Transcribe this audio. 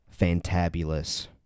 Fantabulous